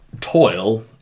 toil